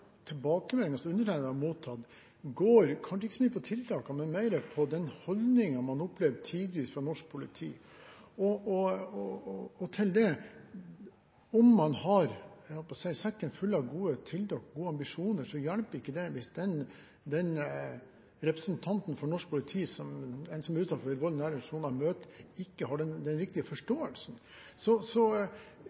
mye tiltakene, men den holdningen man tidvis opplever fra norsk politi. Om man har satt inn gode tiltak og har gode ambisjoner, hjelper ikke det om den representanten for norsk politi som den som er utsatt for vold i nære relasjoner møter, ikke har den riktige forståelsen.